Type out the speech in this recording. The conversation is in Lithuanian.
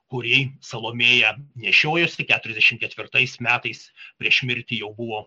kurį salomėja nešiojuosi keturiasdešimt ketvirtais metais prieš mirtį jau buvo